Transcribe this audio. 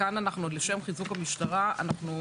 כאן, לשם חיזוק המשטרה, אנחנו